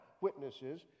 witnesses